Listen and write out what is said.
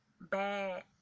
bad